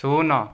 ଶୂନ